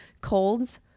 colds